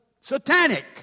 satanic